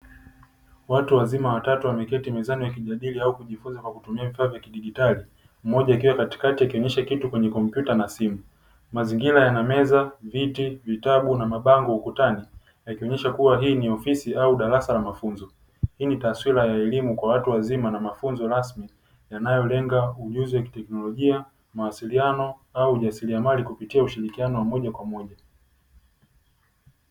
Watu wazima watatu wameketi mezani wakijadili au kujifunza kwa kutumia vifaa vya kidijitali, mmoja akiwa katikati akionyesha kitu kwenye kompyuta na simu. Mazingira yana meza, viti, vitabu na mabango ukutani, yakionyesha kuwa hii ni ofisi au darasa la mafunzo; Hii ni taswira ya elimu kwa watu wazima na mafunzo rasmi yanayolenga ujuzi wa kiteknolojia, mawasiliano au ujasiriamali kupitia ushirikiano wa moja kwa moja.